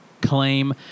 claim